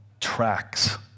tracks